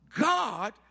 God